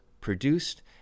produced